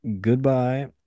goodbye